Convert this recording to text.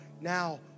now